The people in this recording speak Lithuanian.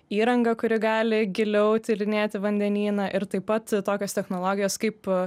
įrangą kuri gali giliau tyrinėti vandenyną ir taip pat tokias technologijas kaip